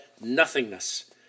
nothingness